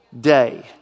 day